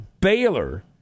Baylor